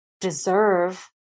deserve